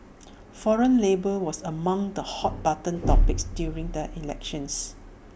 foreign labour was among the hot button topics during the elections